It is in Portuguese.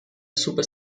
super